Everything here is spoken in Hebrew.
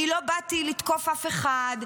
לא באתי לתקוף אף אחד.